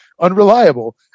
unreliable